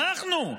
אנחנו?